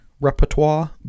repertoire